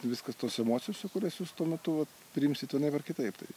viskas tos emocijos su kuriais jūs tuo metu vat priimsit vienaip ar kitaip tai